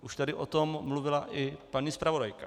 Už tady o tom mluvila i paní zpravodajka.